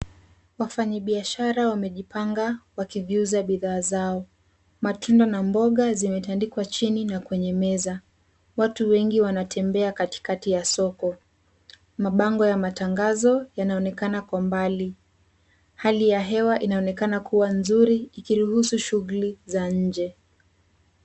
Wafanyabiashara wamejipanga wakiviuza bithaa zao. Matunda na mboga zimetandikwa chini na kwenye meza. Watu wengi wanatembea katikati ya soko. Mabango ya matangazo yanaonekana kwa mbali. Hali ya hewa inaonekana kuwa nzuri ikiruhusu shughuli za nje.